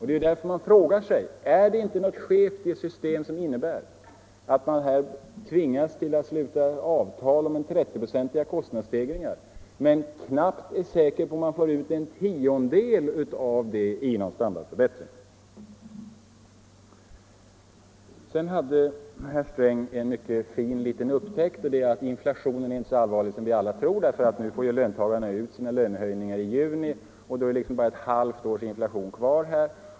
Det är därför man frågar sig: Är det inte något skevt i ett system som innebär att parterna tvingas sluta avtal om 30-procentiga lönestegringar men ändå ingen löntagare är säker på att få ut ens en tiondel av denna ökning i standardförbättring? Sedan gjorde herr Sträng en mycket fin liten upptäckt, nämligen att inflationen under 1975 inte blir så allvarlig som vi alla tror, därför att nu får löntagarna ut sina lönehöjningar i juni och då har man bara ett halvt års inflation kvar.